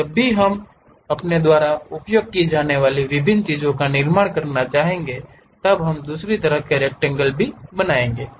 अब जब भी हम अपने द्वारा उपयोग की जाने वाली विभिन्न चीजों का निर्माण करना चाहेंगे तब हम दूसरी तरह की रक्टैंगल बनाएँगे